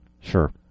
Sure